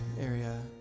area